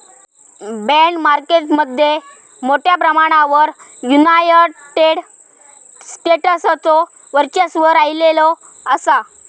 bond market मध्ये मोठ्या प्रमाणावर युनायटेड स्टेट्सचो वर्चस्व राहिलेलो असा